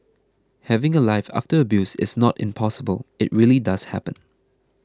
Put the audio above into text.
having a life after abuse is not impossible it really does happen